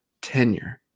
tenure